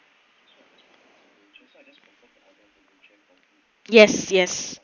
yes yes